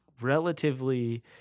relatively